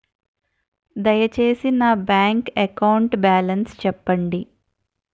దయచేసి నా bank account balance చెప్పండి